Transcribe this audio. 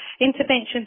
interventions